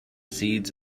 seeds